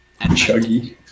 chuggy